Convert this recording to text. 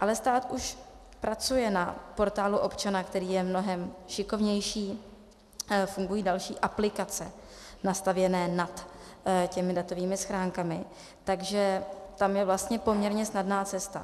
ale stát už pracuje na Portálu občana, který je mnohem šikovnější, fungují další aplikace nastavěné nad těmi datovými schránkami, takže tam je vlastně poměrně snadná cesta.